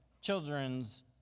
children's